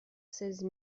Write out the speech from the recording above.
seize